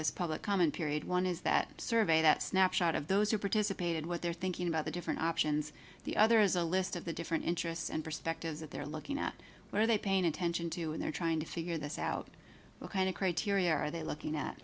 this public comment period one is that survey that snapshot of those who participated what they're thinking about the different options the other is a list of the different interests and perspectives that they're looking at what are they paying attention to and they're trying to figure this out well kind of criteria are they looking at